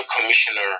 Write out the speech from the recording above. Commissioner